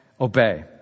Obey